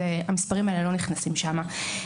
המספרים הלאה לא נכנסים שם.